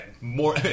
more